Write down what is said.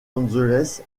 angeles